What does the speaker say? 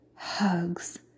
Hugs